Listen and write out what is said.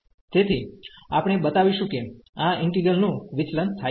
તેથી આપણે બતાવીશું કે આ ઈન્ટિગ્રલ નું વિચલન થાય છે